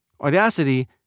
Audacity